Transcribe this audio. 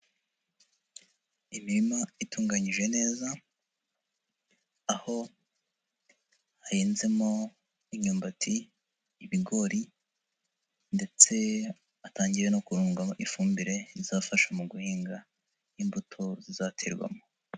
Imirima itunganyijwe neza, aho hahinzemo imyumbati, ibigori; ndetse hatangiye no kurundwamo ifumbire izafasha mu guhinga imbuto zizaterwamo.